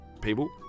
People